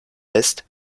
lässt